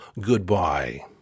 goodbye